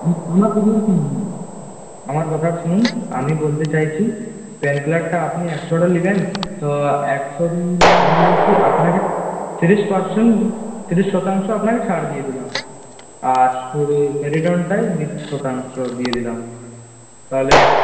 আমার কথা শুনুন আমার কথাটা শুনুন আমি বলতে চাইছি পেন কিলারটা আপনি একশোটা নেবেন তো একশো নিলে কি আপনাকে ত্রিশ পার্সেন্ট ত্রিশ শতাংশ আপনাকে ছাড় দিয়ে দিলাম আর স্যারিডনটায় বিশ শতাংশ দিয়ে দিলাম তাহলে